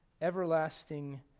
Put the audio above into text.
everlasting